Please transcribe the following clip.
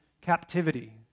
captivity